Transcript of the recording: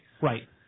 Right